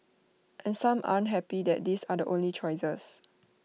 and some aren't happy that these are the only choices